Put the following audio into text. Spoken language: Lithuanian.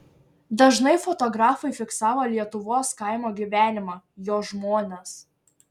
dažnai fotografai fiksavo lietuvos kaimo gyvenimą jo žmones